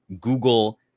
Google